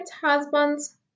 husband's